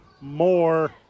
more